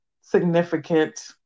significant